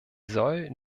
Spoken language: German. soll